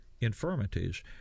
infirmities